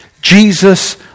Jesus